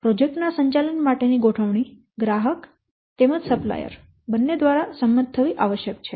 project ના સંચાલન માટેની ગોઠવણી ગ્રાહક તેમજ સપ્લાયર દ્વારા સંમત થવી આવશ્યક છે